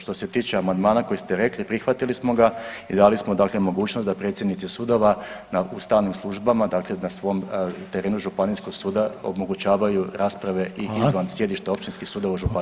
Što se tiče amandmana koji ste rekli, prihvatili smo ga i dali smo dakle mogućnost da predsjednici sudova u stalnim službama, dakle na svom terenu županijskog suda omogućavaju rasprave i izvan sjedišta [[Upadica: Hvala.]] općinskih sudova u županijske